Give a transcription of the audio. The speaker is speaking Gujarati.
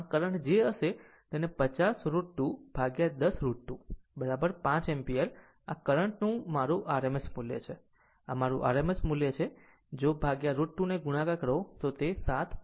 આમ કરંટ જે હશે તેને 50 √ 210 √ 2 5 એમ્પીયર આ કરંટ નું મારું RMS મૂલ્ય છે જો આ મારું RMS મૂલ્ય છે જો √ 2 ને ગુણાકાર કરો તો તે 7